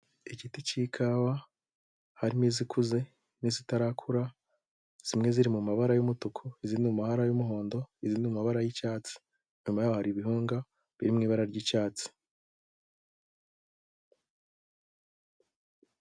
Igiti cy'ikawa harimo izikuze n'izitarakura, zimwe ziri mu mabara y'umutuku, izindi mu mabara y'umuhondo, izindi mu mabara y'icyatsi. Inyuma yaho ibihunga biri mu mabara y'icyatsi.